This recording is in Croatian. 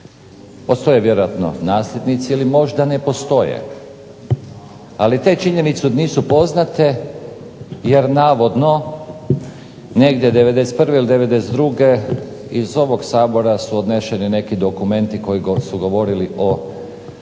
Postoje vjerojatno nasljednici ili možda ne postoje, ali te činjenice nisu poznate jer navodno negdje '91. ili '92. iz ovog Sabora su odneseni neki dokumenti koji su govorili o oduzetoj